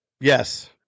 Yes